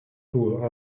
pool